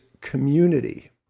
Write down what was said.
Community